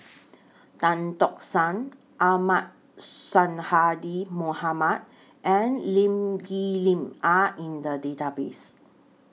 Tan Tock San Ahmad Sonhadji Mohamad and Lee Kip Lin Are in The Database